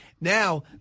Now